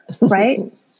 Right